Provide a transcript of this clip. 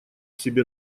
себе